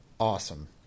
awesome